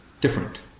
different